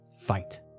fight